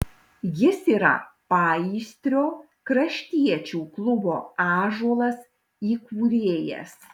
jis yra paįstrio kraštiečių klubo ąžuolas įkūrėjas